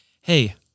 hey